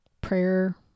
prayer